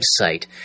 website